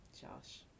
Josh